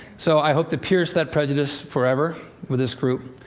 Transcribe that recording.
so, i hope to pierce that prejudice forever with this group.